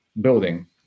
building